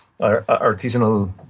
artisanal